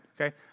okay